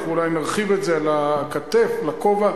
אנחנו אולי נרחיב את זה על הכתף, על הכובע,